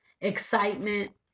excitement